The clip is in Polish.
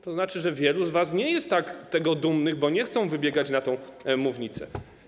To znaczy, że wielu z was nie jest z tego tak dumnych, bo nie chcą wybiegać na mównicę.